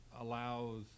allows